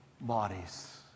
bodies